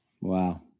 Wow